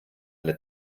alle